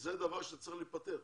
זה דבר שצריך להיפתר.